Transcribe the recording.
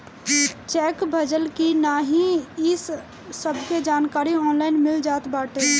check भजल की नाही इ सबके जानकारी ऑनलाइन मिल जात बाटे